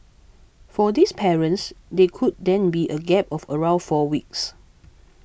for these parents they could then be a gap of around four weeks